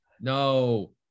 No